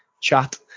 chat